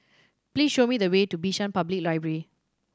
please show me the way to Bishan Public Library